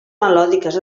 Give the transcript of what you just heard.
melòdiques